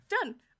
done